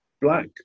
black